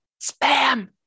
spam